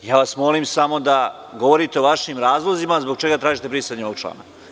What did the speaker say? Ja vas molim samo da govorite o vašim razlozima zbog čega tražite brisanje ovog člana.